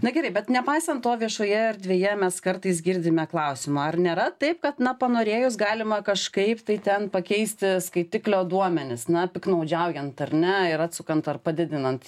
na gerai bet nepaisant to viešoje erdvėje mes kartais girdime klausimą ar nėra taip kad na panorėjus galima kažkaip tai ten pakeisti skaitiklio duomenis na piktnaudžiaujant ar ne ir atsukant ar padidinant